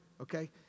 Okay